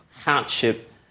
hardship